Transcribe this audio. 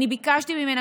אני ביקשתי ממנה,